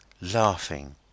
laughing